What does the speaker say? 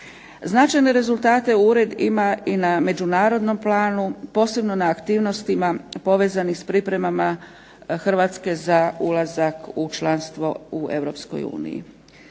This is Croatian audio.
Značajne rezultate ured ima i na međunarodnom planu, posebno na aktivnostima povezanih s pripremama Hrvatske za ulazak u članstvo u